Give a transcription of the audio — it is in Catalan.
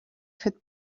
fet